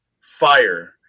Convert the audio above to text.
fire